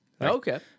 Okay